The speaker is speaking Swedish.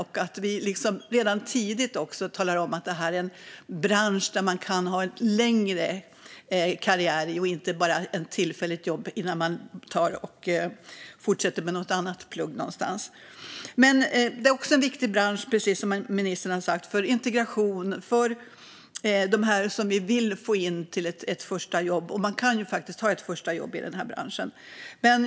Men vi får redan tidigt tala om att detta är en bransch där man kan ha en längre karriär och inte bara ett tillfälligt jobb innan man pluggar vidare. Det är också en viktig bransch, precis som ministern har sagt, för integrationen och för att få in människor till ett första jobb. Man kan faktiskt ha ett första jobb i den här branschen.